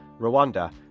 Rwanda